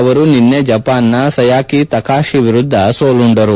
ಅವರು ನಿನ್ನೆ ಜಪಾನ್ನ ಸಯಾಕಾ ತಕಾಶಿ ವಿರುದ್ದ ಸೋಲುಂಡರು